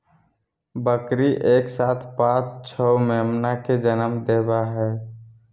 बकरी एक साथ पांच छो मेमना के जनम देवई हई